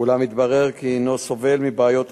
אולם התברר כי הינו סובל מבעיות רפואיות,